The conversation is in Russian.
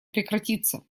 прекратиться